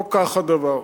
לא כך הדבר,